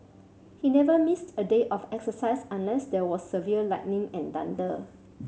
he never missed a day of exercise unless there was severe lightning and thunder